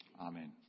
Amen